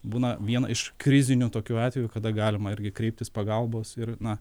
būna viena iš krizinių tokių atvejų kada galima irgi kreiptis pagalbos ir na